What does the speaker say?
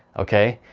okay.